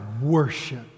worship